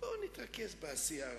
המדינה נמצאת במצב קשה מאוד,